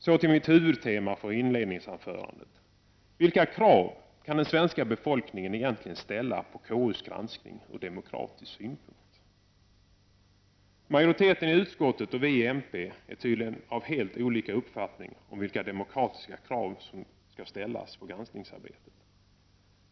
Så till huvudtemat för mitt inledningsanförande, alltså vilka krav den svenska befolkningen egentligen kan ställa på KUs granskning ur demokratisk synpunkt. Majoriteten i utskottet och vi i miljöpartiet har tydligen helt olika uppfattning om vilka demokratiska krav som skall ställas på granskningsarbetet.